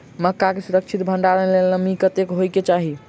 मक्का केँ सुरक्षित भण्डारण लेल नमी कतेक होइ कऽ चाहि?